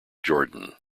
jordan